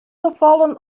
gefallen